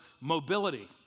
mobility